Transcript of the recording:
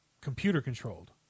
computer-controlled